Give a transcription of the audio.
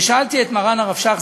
ושאלתי את מרן הרב שך,